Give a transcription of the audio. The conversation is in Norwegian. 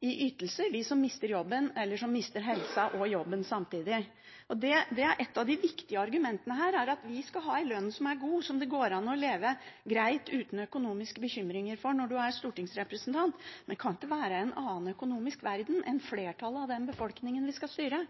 i ytelser – eller de som mister helsa og jobben samtidig. Et av de viktige argumentene her er at vi skal ha en lønn som er god, som det går an å leve greit av, uten økonomiske bekymringer, når man er stortingsrepresentant, men det kan ikke være en annen økonomisk verden enn flertallet av den befolkningen vi skal styre.